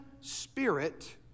spirit